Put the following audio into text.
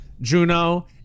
Juno